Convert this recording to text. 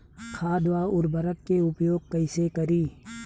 खाद व उर्वरक के उपयोग कइसे करी?